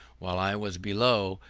while i was below,